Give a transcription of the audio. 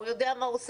הוא יודע מה הוא עושה,